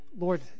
Lord